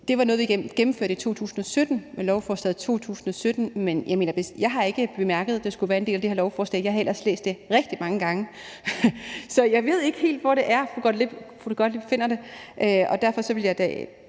Det var jo noget, vi gennemførte med et lovforslag i 2017, men jeg har ikke bemærket, at det skulle være en del af det her lovforslag, og jeg har ellers læst det rigtig mange gange. Så jeg ved ikke helt, hvor det er, fru Jette Gottlieb finder det.